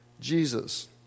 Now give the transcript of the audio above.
Jesus